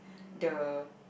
the